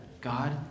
God